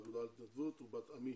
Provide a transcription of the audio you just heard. האגודה להתנדבות ובת עמי,